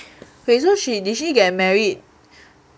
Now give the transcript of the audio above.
wait so she did she get married